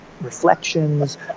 reflections